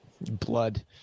Blood